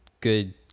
good